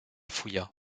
fouilla